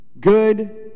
good